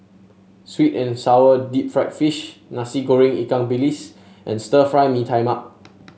sweet and sour Deep Fried Fish Nasi Goreng Ikan Bilis and Stir Fry Mee Tai Mak